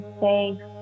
safe